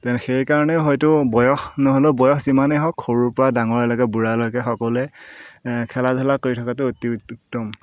সেইকাৰণে হয়তো বয়স নহ'লেও বয়স যিমানেই হওক সৰুৰ পৰা ডাঙৰৰলৈকে বুঢ়ালৈকে সকলোৱে খেলা ধূলা কৰি থকাটো অতি উত্তম